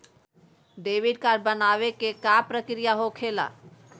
Debit card बनवाने के का प्रक्रिया होखेला?